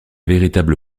véritable